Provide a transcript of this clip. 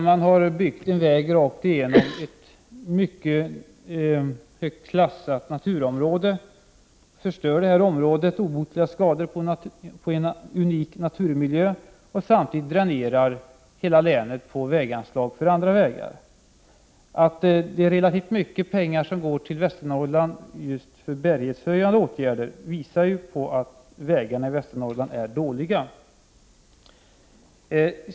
Man har byggt en väg rakt igenom ett mycket högt klassat naturområde. Man förstör detta område, åstadkommer obotliga skador på en unik naturmiljö och dränerar samtidigt hela länet på anslag till andra vägar. Att relativt mycket pengar går till Västernorrlands vägnät för bärighetshöjande åtgärder visar ju att vägarna där är dåliga.